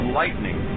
lightning